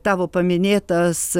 tavo paminėtas